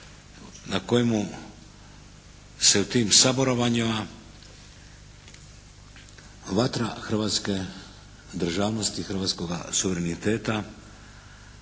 na kojemu se u tim saborovanjima vatra hrvatske državnosti, hrvatskoga suvereniteta